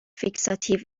فیکساتیو